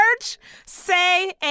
Say